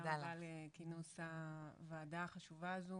תודה על כינוס הוועדה החשובה הזו